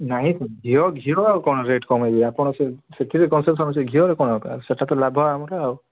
ନାଇଁ ଘିଅ ଘିଅ ଆଉ କଣ ରେଟ୍ କମେଇବି ଆପଣ ସେ ସେଥିରେ କନସେସନ୍ ଅଛି ଘିଅରେ କଣ ଆଉ ସେଇଟା ତ ଲାଭ ଆମର ଆଉ